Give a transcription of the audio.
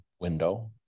window